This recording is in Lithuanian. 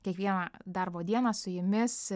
kiekvieną darbo dieną su jumis